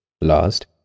Last